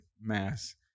Mass